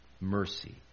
Mercy